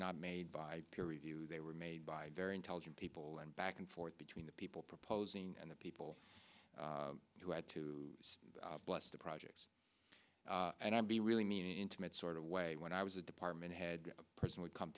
not made by peer review they were made by very intelligent people and back and forth between the people proposing and the people who had to bless the project and i'd be really mean intimate sort of way when i was a department head person would come